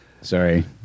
Sorry